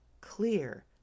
clear